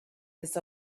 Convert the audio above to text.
this